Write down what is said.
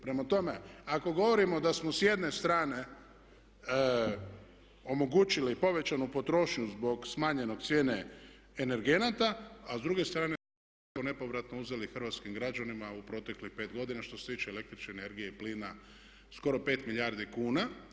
Prema tome, ako govorimo da smo s jedne strane omogućili povećanu potrošnju zbog smanjenje cijene energenata a s druge strane smo isto tako nepovratno uzeli hrvatskim građanima u proteklih 5 godina što se i tiče električne energije i plina skoro 5 milijardi kuna.